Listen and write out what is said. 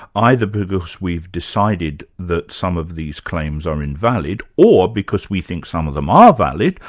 either because we've decided that some of these claims are invalid or because we think some of them are valid,